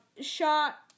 shot